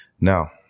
now